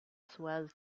suez